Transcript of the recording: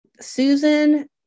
Susan